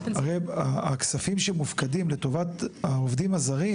הרי הכספים שמופקדים לטובת העובדים הזרים